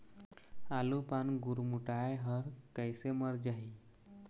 आलू पान गुरमुटाए हर कइसे मर जाही?